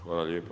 Hvala lijepa.